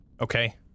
Okay